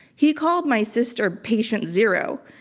he called my sister patient zero.